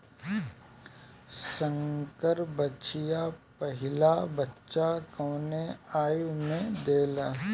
संकर बछिया पहिला बच्चा कवने आयु में देले?